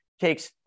takes